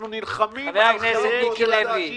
אנחנו נלחמים על --- חבר הכנסת מיקי לוי.